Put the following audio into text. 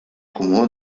comú